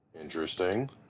Interesting